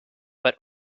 but